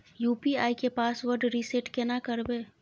UPI के password reset केना करबे?